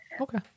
Okay